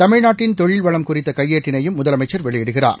தமிழ்நாட்டின் தொழில் வளம் குறித்த கையேட்டினையும் முதலமைச்சர் வெளியிடுகிறார்